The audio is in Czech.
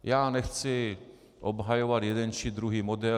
Já nechci obhajovat jeden či druhý model.